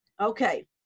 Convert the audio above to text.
Okay